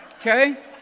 okay